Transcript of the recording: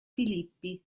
filippi